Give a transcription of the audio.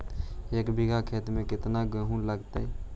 एक बिघा खेत में केतना गेहूं लगतै?